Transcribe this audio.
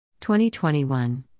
2021